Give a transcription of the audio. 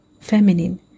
feminine